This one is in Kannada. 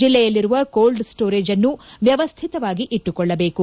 ಜಿಲ್ಲೆಯಲ್ಲಿರುವ ಕೋಲ್ಡ್ ಸ್ಟೋರೇಜ್ನ್ನು ವ್ಯವಸ್ಥಿತವಾಗಿ ಇಟ್ಟುಕೊಳ್ಳಬೇಕು